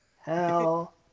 hell